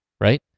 right